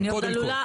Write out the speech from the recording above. קודם כל.